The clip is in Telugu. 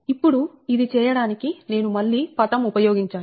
ఇప్పుడు ఇది చేయడానికి నేను మళ్ళీ పటం ఉపయోగించాలి